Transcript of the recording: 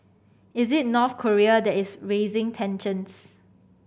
is it North Korea that is raising tensions